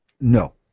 No